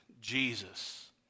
Jesus